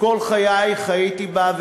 כל חיי חייתי בה,